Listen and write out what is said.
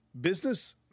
business